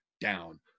down